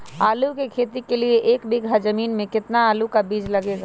आलू की खेती के लिए एक बीघा जमीन में कितना आलू का बीज लगेगा?